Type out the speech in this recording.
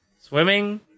swimming